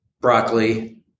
broccoli